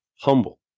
humble